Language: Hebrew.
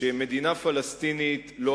שמדינה פלסטינית לא